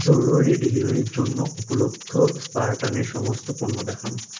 জরুরি ডেলিভারির জন্য উপলব্ধ স্পারটানের সমস্ত পণ্য দেখান